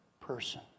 person